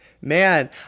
man